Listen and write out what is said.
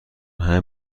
همه